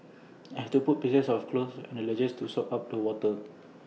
I had to put pieces of cloth on the ledges to soak up the water